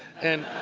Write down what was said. and